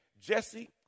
Jesse